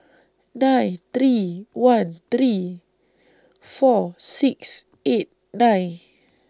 nine three one three four six eight nine